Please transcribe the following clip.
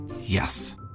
Yes